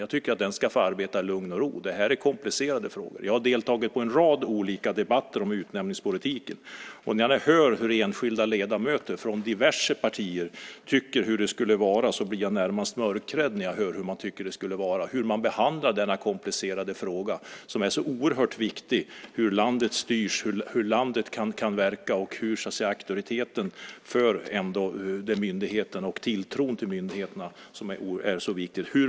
Jag tycker att den ska få arbeta i lugn och ro. Det här är komplicerade frågor. Jag har deltagit i en rad olika debatter om utnämningspolitiken. Jag blir närmast mörkrädd när jag hör hur enskilda ledamöter från diverse partier behandlar denna komplicerade fråga som är så oerhört viktig. Det handlar om hur landet styrs och kan verka. Auktoriteten hos och tilltron till myndigheterna är oerhört viktiga.